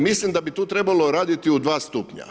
Mislim da bi tu trebalo raditi u dva stupnja.